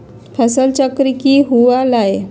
फसल चक्रण की हुआ लाई?